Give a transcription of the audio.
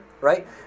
right